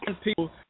people